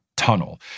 tunnel